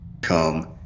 come